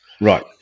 Right